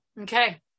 Okay